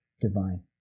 divine